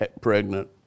pregnant